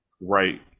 right